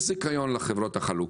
יש זיכיון לחברות החלוקה,